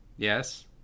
Yes